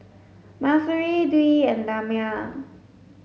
Mahsuri Dwi and Damia